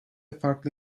farklı